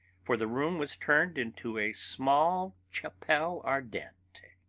for the room was turned into a small chapelle ardente.